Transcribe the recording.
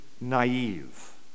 naive